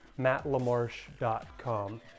mattlamarche.com